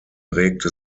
regte